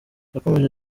yakomeje